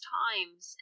times